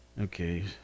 Okay